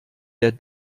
der